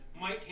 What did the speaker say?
Mike